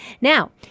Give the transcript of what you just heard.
Now